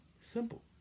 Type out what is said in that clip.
simple